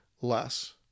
less